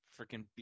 freaking